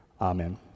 Amen